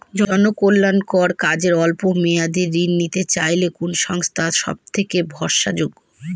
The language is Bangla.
জনকল্যাণকর কাজে অল্প মেয়াদী ঋণ নিতে চাইলে কোন সংস্থা সবথেকে ভরসাযোগ্য?